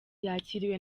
yakiriwe